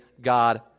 God